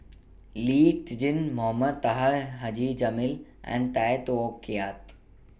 Lee Tjin Mohamed Taha Haji Jamil and Tay Teow Kiat